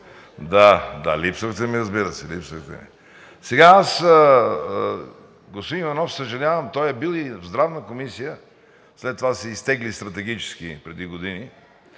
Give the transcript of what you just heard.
Да, да, липсвате ми, разбира се, липсвате ми. Господин Иванов, съжалявам, той е бил и в Здравната комисия, след това се изтегли стратегически преди години,